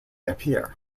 appear